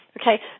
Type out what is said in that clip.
Okay